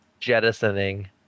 jettisoning